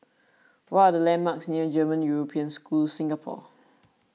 what are the landmarks near German European School Singapore